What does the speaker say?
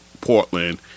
Portland